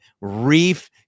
Reef